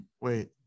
wait